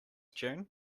june